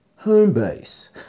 Homebase